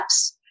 apps